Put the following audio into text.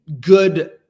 good